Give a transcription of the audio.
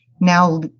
now